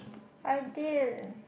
I did